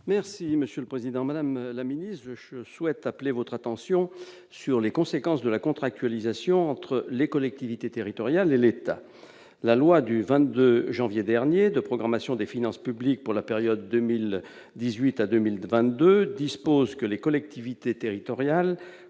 de l'intérieur. Madame la ministre, je souhaite appeler votre attention sur les conséquences de la contractualisation entre les collectivités territoriales et l'État. La loi du 22 janvier 2018 de programmation des finances publiques pour les années 2018 à 2022 dispose que « les collectivités territoriales